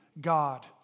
God